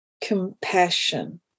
compassion